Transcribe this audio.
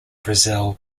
brazil